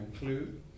include